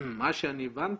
מה שאני הבנתי,